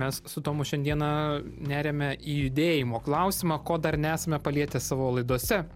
mes su tomu šiandieną neriame į judėjimo klausimą ko dar nesame palietę savo laidose